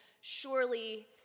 Surely